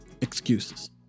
Excuses